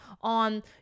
on